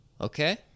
okay